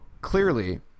clearly